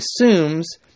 assumes